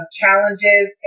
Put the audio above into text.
challenges